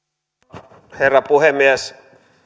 arvoisa herra puhemies